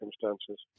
circumstances